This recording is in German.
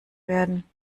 werden